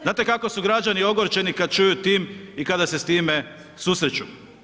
Znate kako su građani ogorčeni kad čuju ... kada se s time susreću?